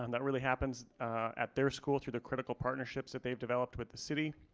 and that really happens at their school through the critical partnerships that they've developed with the city,